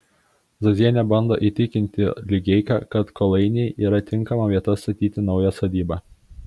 zazienė bando įtikinti ligeiką kad kolainiai yra tinkama vieta statyti naują sodybą